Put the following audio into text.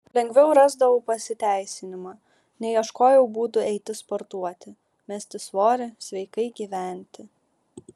lengviau rasdavau pasiteisinimą nei ieškojau būdų eiti sportuoti mesti svorį sveikai gyventi